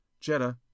Jetta